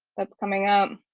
that's coming up.